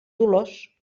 dolors